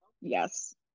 Yes